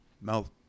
Mouth